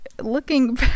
looking